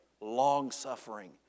long-suffering